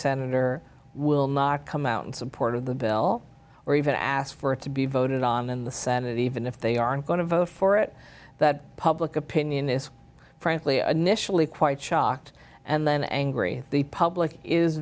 senator will not come out in support of the bill or even ask for it to be voted on in the senate even if they aren't going to vote for it that public opinion is frankly initially quite shocked and then angry the public is